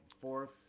fourth